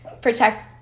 protect